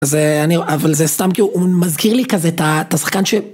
זה אני אבל זה סתם כי הוא מזכיר לי כזה את השחקן של.